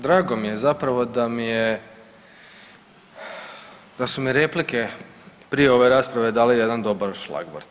Drago mi je zapravo da mi je, da su mi replike prije ove rasprave dale jedan dobar šlagvort.